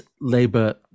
Labour